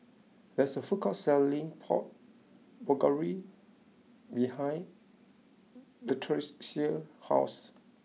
there is a food court selling Pork Bulgogi behind Latricia's house